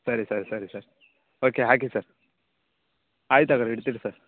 ಸರಿ ಸರಿ ಸರಿ ಸರ್ ಓಕೆ ಹಾಕಿ ಸರ್ ಆಯ್ತು ಹಾಗಾದ್ರೆ ಇಡ್ತೀನಿ ಸರ್